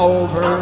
over